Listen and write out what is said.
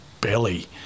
belly